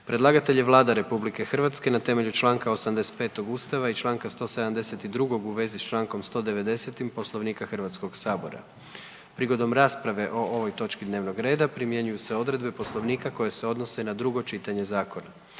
Predlagatelj je Vlada RH na temelju čl. 85. Ustava i čl. 172. u vezi s čl. 190. Poslovnika HS-a. Prigodom rasprave o ovoj točki dnevnog reda primjenjuju se odredbe Poslovnika koje se odnose na drugo čitanje zakona.